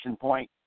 point